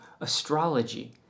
astrology